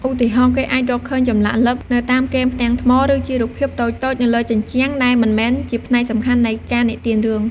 ឧទាហរណ៍ គេអាចរកឃើញចម្លាក់លិបនៅតាមគែមផ្ទាំងថ្ម ឬជារូបភាពតូចៗនៅលើជញ្ជាំងដែលមិនមែនជាផ្នែកសំខាន់នៃការនិទានរឿង។